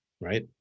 right